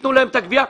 שייתנו להם את הגבייה.